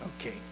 okay